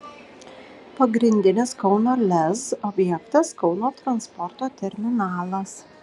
pagrindinis kauno lez objektas kauno transporto terminalas